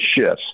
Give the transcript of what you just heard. shifts